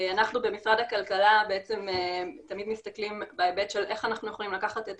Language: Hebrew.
אנחנו במשרד הכלכלה תמיד מסתכלים בהיבט של איך אנחנו יכולים לקחת את